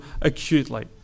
acutely